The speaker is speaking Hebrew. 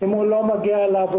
ואם הוא לא מגיע לעבודה,